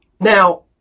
Now